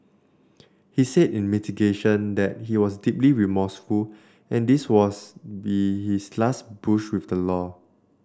he said in mitigation that he was deeply remorseful and this would was be his last brush with the law